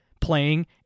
playing